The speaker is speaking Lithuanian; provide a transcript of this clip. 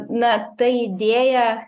na ta idėja